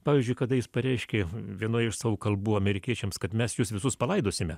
pavyzdžiui kada jis pareiškė vienoj iš savo kalbų amerikiečiams kad mes jus visus palaidosime